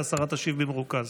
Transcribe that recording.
ואז השרה תשיב במרוכז.